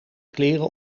kleren